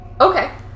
Okay